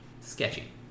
sketchy